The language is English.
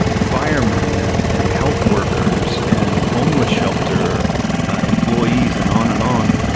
firemen and and health workers and homeless shelter employees and on and on.